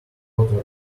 quarter